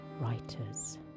writers